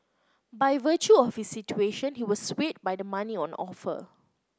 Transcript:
by virtue of his situation he was swayed by the money on offer